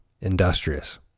industrious